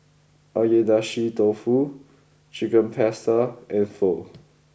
Agedashi Dofu Chicken Pasta and Pho